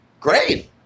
Great